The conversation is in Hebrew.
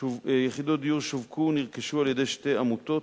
230 יחידות שווקו ונרכשו על-ידי שתי עמותות,